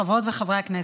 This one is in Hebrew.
חברות וחברי הכנסת,